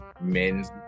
men's